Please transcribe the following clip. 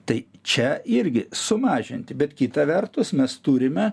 tai čia irgi sumažinti bet kita vertus mes turime